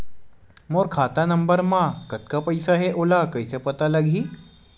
मोर खाता नंबर मा कतका पईसा हे ओला कइसे पता लगी?